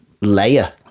Layer